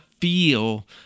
feel